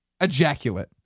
Ejaculate